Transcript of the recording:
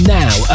now